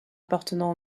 appartenant